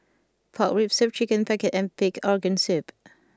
Pork Rib Soup chicken pocket and Pig Organ Soup